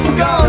go